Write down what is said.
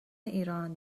ایران